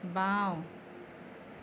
বাওঁ